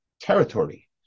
territory